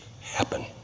happen